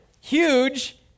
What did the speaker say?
huge